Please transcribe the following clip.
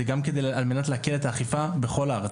זה גם כדי להקל את האכיפה בכל הארץ.